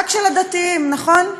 רק של הדתיים, נכון?